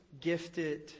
gifted